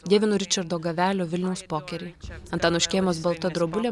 dievinu ričardo gavelio vilniaus pokerį antano škėmos balta drobulė